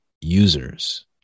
users